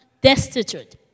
destitute